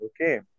okay